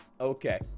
Okay